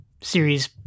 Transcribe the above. Series